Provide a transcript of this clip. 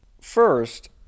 First